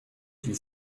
qu’il